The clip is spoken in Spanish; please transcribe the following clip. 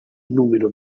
número